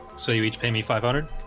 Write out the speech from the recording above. so you each pay me five hundred